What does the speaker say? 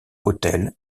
hotel